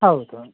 ಹೌದು